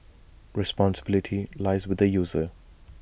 responsibility lies with the user